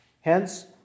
Hence